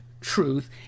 truth